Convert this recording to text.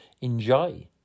enjoy